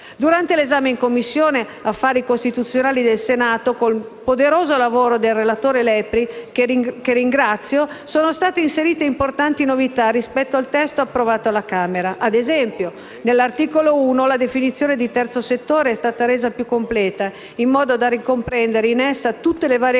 Durante l'esame in Commissione affari costituzionali del Senato, con il poderoso lavoro del relatore Lepri, che ringrazio, sono state inserite importanti novità rispetto al testo approvato alla Camera. Ad esempio, nell'articolo 1, la definizione di terzo settore è stata resa più completa, in modo da ricomprendere in essa tutte le varie